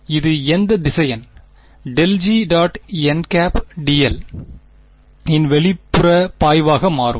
எனவே இது எந்த திசையன் ∇G · nˆ dl இன் வெளிப்புற பாய்வாக மாறும்